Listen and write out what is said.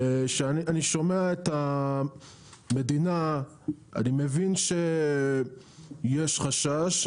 כשאני שומע את המדינה אני מבין שיש חשש,